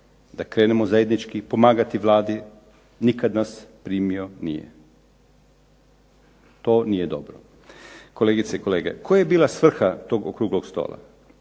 da krenemo zajednički pomagati Vladi. Nikada nas nije primio. To nije dobro. Kolegice i kolege koja je bila svrha tog okruglog stola?